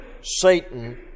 Satan